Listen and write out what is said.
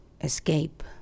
escape